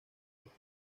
junto